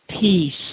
peace